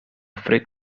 fred